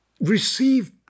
receive